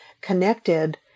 connected